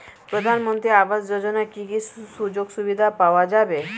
প্রধানমন্ত্রী আবাস যোজনা কি কি সুযোগ সুবিধা পাওয়া যাবে?